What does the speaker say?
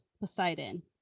poseidon